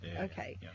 okay